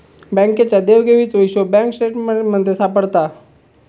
बँकेच्या देवघेवीचो हिशोब बँक स्टेटमेंटमध्ये सापडता